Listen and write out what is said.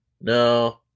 No